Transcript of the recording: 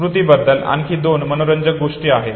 स्मृती बद्दल आणखी दोन मनोरंजक गोष्टी आहेत